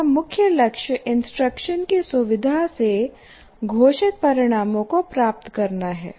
हमारा मुख्य लक्ष्य इंस्ट्रक्शन की सुविधा से घोषित परिणामों को प्राप्त करना है